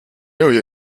area